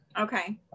Okay